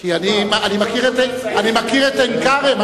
כי אני מכיר את עין-כרם,